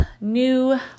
new